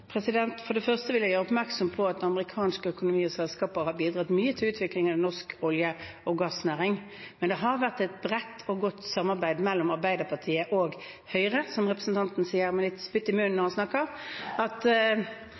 For det første vil jeg gjøre oppmerksom på at amerikansk økonomi og amerikanske selskaper har bidratt mye til utvikling av norsk olje- og gassnæring. Men det har vært et bredt og godt samarbeid mellom Arbeiderpartiet og Høyre, som representanten sier med litt spytt i munnen når han snakker, om å sørge for at